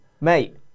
Mate